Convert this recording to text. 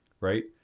Right